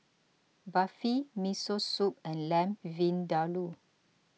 Barfi Miso Soup and Lamb Vindaloo